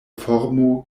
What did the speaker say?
formo